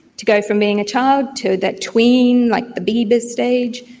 to go from being a child to that tween, like the bieber stage,